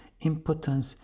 impotence